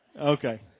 Okay